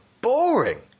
boring